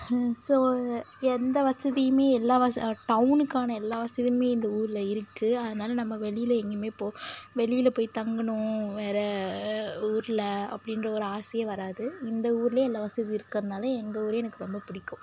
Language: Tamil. ஸோ எந்த வசதிமே எல்லா டவுனுக்கான எல்லா வசதியுமே இந்த ஊரில் இருக்குது அதனால நம்ம வெளியில் எங்கேயுமே போ வெளியில் போய் தங்கணும் வேறு ஊரில் அப்படின்ற ஒரு ஆசையே வராது இந்த ஊரிலே எல்லா வசதியும் இருக்கிறதுனால எங்கள் ஊரே எனக்கு ரொம்ப பிடிக்கும்